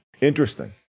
interesting